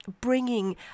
bringing